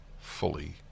fully